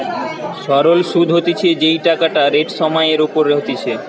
সরল সুধ হতিছে যেই টাকাটা রেট সময় এর ওপর হতিছে